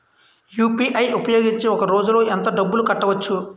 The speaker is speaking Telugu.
యు.పి.ఐ ఉపయోగించి ఒక రోజులో ఎంత డబ్బులు కట్టవచ్చు?